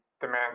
demand